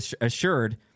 assured